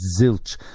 zilch